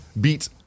beat